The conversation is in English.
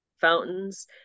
fountains